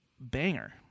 banger